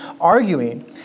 arguing